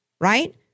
Right